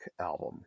album